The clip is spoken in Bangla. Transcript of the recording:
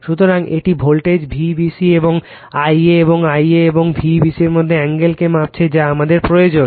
সুতরাং এটি ভোল্টেজ V bc এবং I a এবং I a এবং V bc এর মধ্যের অ্যাঙ্গেল কে মাপছে যা আমাদের প্রয়োজন